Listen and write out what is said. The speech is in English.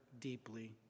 deeply